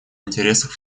интересах